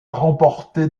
remporté